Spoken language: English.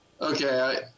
Okay